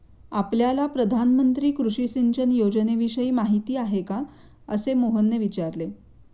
आपल्याला प्रधानमंत्री कृषी सिंचन योजनेविषयी माहिती आहे का? असे मोहनने विचारले